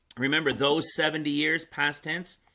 remember those seventy years past tense,